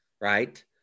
right